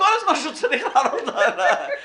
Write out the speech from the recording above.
שכל הזמן כשהוא צריך לעלות לאוטובוס,